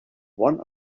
one